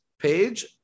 page